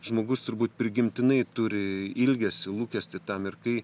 žmogus turbūt prigimtinai turi ilgesį lūkestį tam ir kai